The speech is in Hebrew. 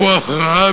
רוח רעה,